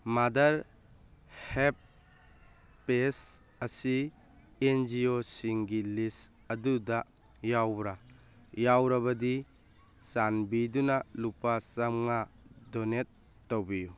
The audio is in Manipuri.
ꯃꯥꯗꯔ ꯍꯦꯞꯄꯦꯁ ꯑꯁꯤ ꯑꯦꯟ ꯖꯤ ꯑꯣꯁꯤꯡꯒꯤ ꯂꯤꯁ ꯑꯗꯨꯗ ꯌꯥꯎꯕ꯭ꯔ ꯌꯥꯎꯔꯕꯗꯤ ꯆꯥꯟꯕꯤꯗꯨꯅ ꯂꯨꯄꯥ ꯆꯃꯉꯥ ꯗꯣꯅꯦꯠ ꯇꯧꯕꯤꯌꯨ